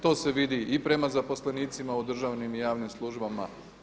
To se vidi i prema zaposlenicima u državnim i javnim službama.